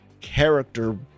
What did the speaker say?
character